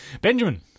Benjamin